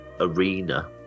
arena